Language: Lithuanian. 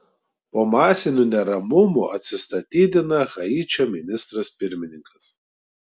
po masinių neramumų atsistatydina haičio ministras pirmininkas